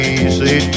easy